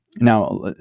Now